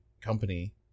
company